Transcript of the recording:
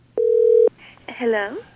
Hello